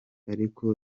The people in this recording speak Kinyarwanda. ariko